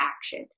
action